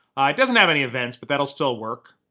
it doesn't have any events, but that will still work.